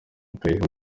akayiha